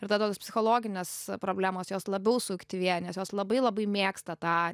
ir tada tos psichologinės problemos jos labiau suaktyvėja nes jos labai labai mėgsta tą